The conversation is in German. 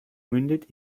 mündet